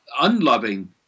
unloving